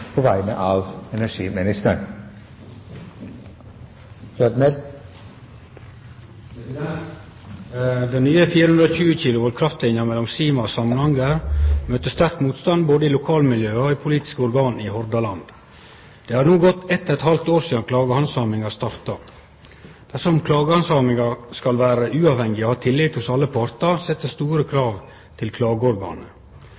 på vegne av olje- og energiministeren, som er bortreist. «Den nye 420 kV kraftlinja mellom Sima og Samnanger møter sterk motstand både i lokalmiljøa og i politiske organ i Hordaland. Det har no gått 1½ år sidan klagehandsaminga starta. Dersom klagehandsaminga skal vere uavhengig og ha tillit hos alle partar, set det store